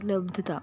उपलब्धता